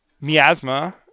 Miasma